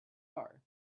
are